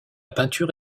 peinture